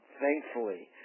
thankfully